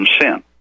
sin